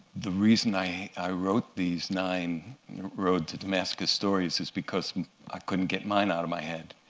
the reason i i wrote these nine road-to-damascus stories is because i couldn't get mine out of my head.